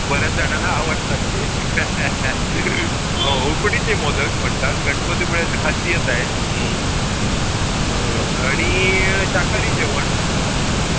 बऱ्याचजणांना आवडतात ते उकडीचे मोदक म्हणतात गणपतीपुळ्याचं खासीयत आहे हो आणि शाकाहारी जेवण